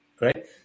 right